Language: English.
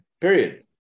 period